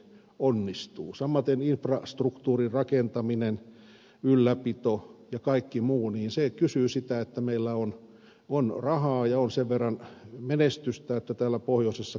samaten infrastruktuurin rakentaminen ylläpito ja kaikki muu kysyvät sitä että meillä on rahaa ja on sen verran menestystä että täällä pohjoisessa kolkassa pärjätään